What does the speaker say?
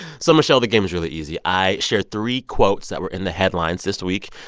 so michelle, the game is really easy. i share three quotes that were in the headlines this week.